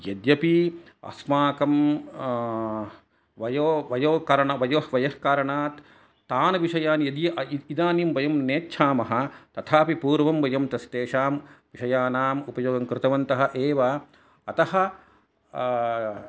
यद्यपि अस्माकं वयो वयो करण वयोः कारणात् तान् विषयान् यदि इदानिं वयं नेच्छामः तथापि पूर्वं वयं तस् तेषां विषयानाम् उपयोगं कृतवन्तः एव अतः